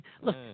Look